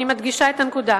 אני מדגישה את הנקודה.